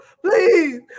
please